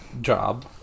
job